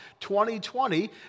2020